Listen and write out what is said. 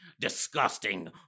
disgusting